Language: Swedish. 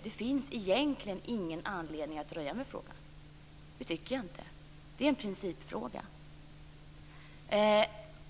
Jag tycker egentligen inte att det finns någon anledning att dröja med frågan. Det är en principfråga.